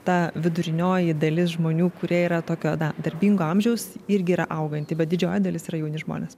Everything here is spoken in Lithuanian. ta vidurinioji dalis žmonių kurie yra tokio na darbingo amžiaus irgi yra auganti bet didžioji dalis yra jauni žmonės